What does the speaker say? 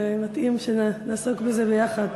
זה מתאים שנעסוק בזה ביחד.